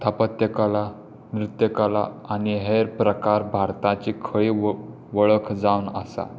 स्थापत्य कला नृत्य कला आनी हेर प्रकार भारताची खंय व वळख जावन आसा